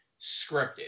scripted